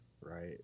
right